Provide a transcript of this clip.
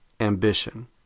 Ambition